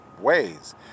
ways